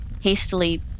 hastily